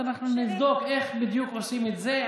אנחנו נבדוק איך בדיוק עושים את זה.